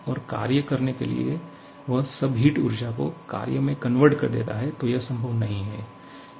और कार्य करने के लिए वह सब हिट ऊर्जा को कार्य मे कन्वर्ट कर देता है तो यह संभव नहीं है